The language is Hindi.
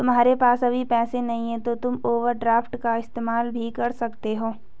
तुम्हारे पास अभी पैसे नहीं है तो तुम ओवरड्राफ्ट का इस्तेमाल भी कर सकते हो